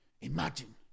Imagine